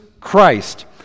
Christ